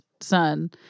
son